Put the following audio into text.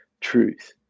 truth